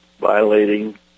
violating